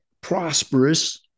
prosperous